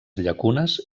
llacunes